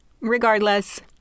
Regardless